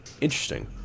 Interesting